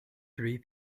three